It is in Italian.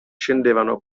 scendevano